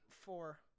four